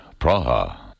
Praha